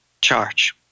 charge